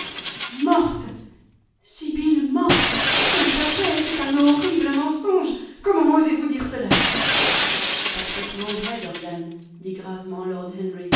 morte sibyl morte ce n'est pas vrai c'est un horrible mensonge comment osez-vous dire cela c'est parfaitement vrai dorian dit gravement